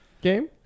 game